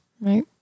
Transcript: Right